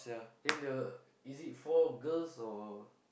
then the is it four girls or